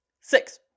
Six